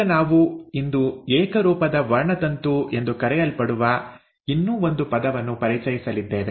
ಈಗ ನಾವು ಇಂದು ಏಕರೂಪದ ವರ್ಣತಂತು ಎಂದು ಕರೆಯಲ್ಪಡುವ ಇನ್ನೂ ಒಂದು ಪದವನ್ನು ಪರಿಚಯಿಸಲಿದ್ದೇವೆ